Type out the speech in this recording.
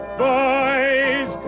boys